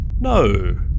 No